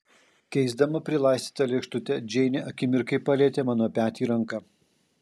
keisdama prilaistytą lėkštutę džeinė akimirkai palietė mano petį ranka